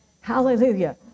Hallelujah